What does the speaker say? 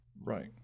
Right